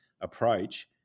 approach